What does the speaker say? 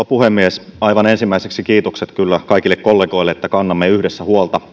puhemies aivan ensimmäiseksi kiitokset kyllä kaikille kollegoille että kannamme yhdessä huolta